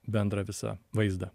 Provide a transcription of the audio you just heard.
bendrą visą vaizdą